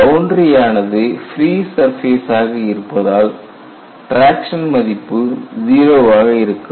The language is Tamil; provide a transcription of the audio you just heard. பவுண்டரி ஆனது ஃப்ரீ சர்பேசாக இருப்பதால் டிராக்சன் மதிப்பு 0 வாக இருக்கும்